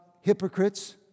hypocrites